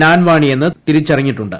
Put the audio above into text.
നാൻവാണി എന്ന് തിരിച്ചറിഞ്ഞിട്ടുണ്ട്